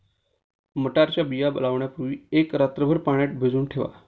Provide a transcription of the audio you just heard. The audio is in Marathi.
मटारच्या बिया लावण्यापूर्वी एक रात्रभर पाण्यात भिजवून ठेवा